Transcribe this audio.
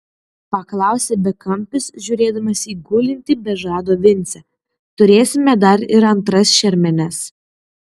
paklausė bekampis žiūrėdamas į gulintį be žado vincę turėsime dar ir antras šermenis